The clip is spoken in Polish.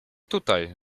tutaj